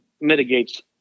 mitigates